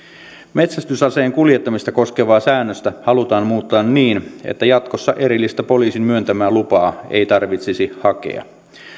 metsästysaseen kuljettamista koskevaa säännöstä halutaan muuttaa niin että jatkossa erillistä poliisin myöntämää lupaa ei tarvitsisi hakea